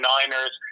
Niners